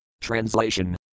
Translation